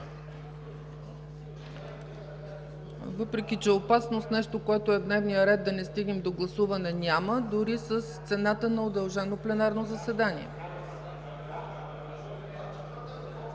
въпреки че опасност нещо, което е в дневния ред, да не стигне до гласуване няма, дори с цената на удължено пленарно заседание.